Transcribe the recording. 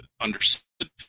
understood